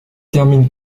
termine